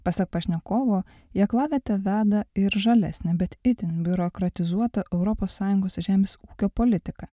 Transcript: pasak pašnekovo į aklavietę veda ir žalesnė bet itin biurokratizuota europos sąjungos žemės ūkio politika